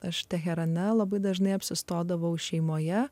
aš teherane labai dažnai apsistodavau šeimoje